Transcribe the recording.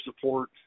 support